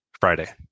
Friday